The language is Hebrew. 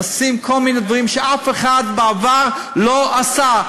עשינו כל מיני דברים שאף אחד לא עשה בעבר,